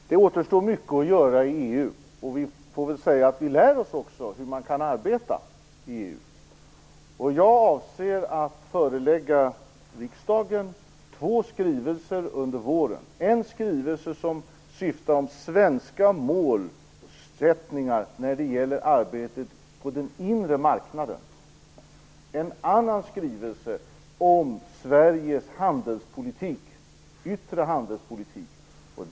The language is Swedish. Herr talman! Det återstår mycket att göra i EU. Vi lär oss också hur man kan arbeta i EU. Jag avser att förelägga riksdagen två skrivelser under våren. En skrivelse handlar om svenska målsättningar när det gäller arbetet på den inre marknaden. En annan skrivelse handlar om Sveriges yttre handelspolitik.